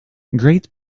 great